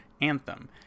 Anthem